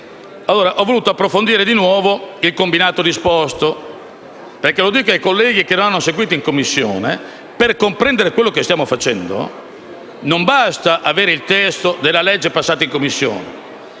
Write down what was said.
Ho voluto approfondire di nuovo il combinato disposto, perché dico anche ai colleghi che hanno seguito la questione in Commissione che per comprendere quello che stiamo facendo non basta avere il testo della legge approvata in Commissione.